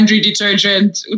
detergent